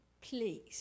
please